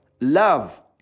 love